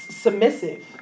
submissive